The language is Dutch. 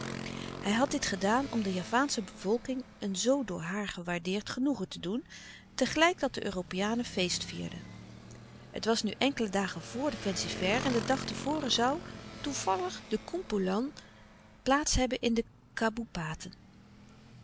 hij had dit gedaan om de javaansche bevolking een zoo door haar gewaardeerd genoegen te doen tegelijk dat de europeanen feest vierden het was nu enkele dagen vor den fancy-fair en den dag te voren zoû toevallig de koempoelan plaats hebben in de kaboepaten